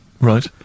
Right